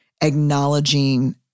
acknowledging